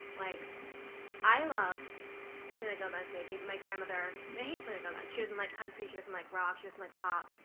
like i love selena gomez maybe, but my grandmother may hate selena gomez. she doesn't like country. she doesn't like rock. she doesn't like pop,